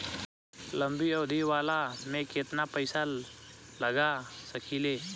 लंबी अवधि वाला में केतना पइसा लगा सकिले?